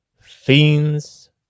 fiends